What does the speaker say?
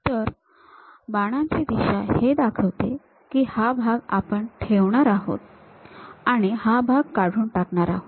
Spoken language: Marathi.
तर बाणांची दिशा हे दाखवते की हा भाग आपण ठेवणार आहोत आणि हा भाग काढून टाकणार आहोत